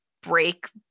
break